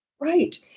Right